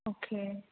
okay